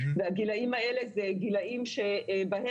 הגילים האלה, אלה גילים שעד